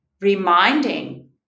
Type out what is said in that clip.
reminding